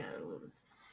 goes